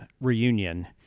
reunion